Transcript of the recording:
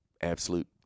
absolute